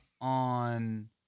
on